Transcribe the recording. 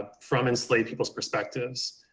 ah from enslaved people's perspectives,